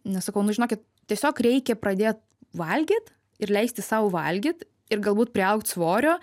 nes sakau nu žinokit tiesiog reikia pradėt valgyt ir leisti sau valgyt ir galbūt priaugt svorio